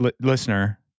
listener